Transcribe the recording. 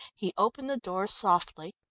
he opened the door softly,